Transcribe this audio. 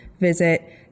visit